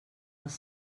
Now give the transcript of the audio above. els